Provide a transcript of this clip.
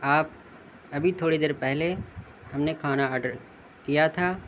آپ ابھی تھوڑی دیر پہلے ہم نے کھانا آڈر کیا تھا